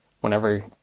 Whenever